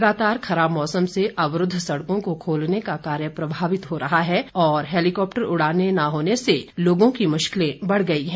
लगातार खराब मौसम से अवरूद्व सड़कों को खोलने का कार्य प्रभावित हो रहा है और हैलीकाप्टर उड़ानें न होने से लोगों की मुश्किलें बढ़ गई हैं